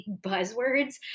buzzwords